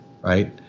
right